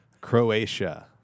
Croatia